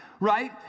Right